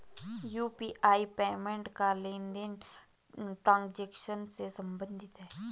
UPI payment का लेनदेन transaction से सम्बंधित है